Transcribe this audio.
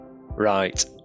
Right